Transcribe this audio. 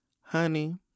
Honey